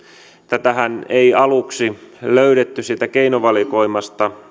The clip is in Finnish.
tätähän ei aluksi löydetty siitä keinovalikoimasta